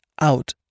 out